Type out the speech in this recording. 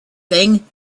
thing